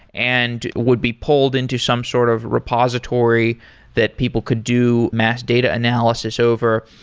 and would be pulled into some sort of repository that people could do mass data analysis over.